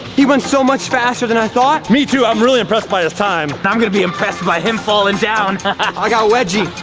he went so much faster than i thought. me too i'm really impressed by his time. i'm gonna be impressed by him falling down. i got a wedgie.